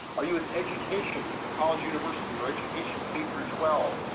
are you with education, college university or education k through twelve.